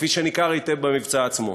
כפי שניכר היטב במבצע עצמו.